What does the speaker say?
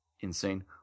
insane